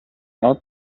out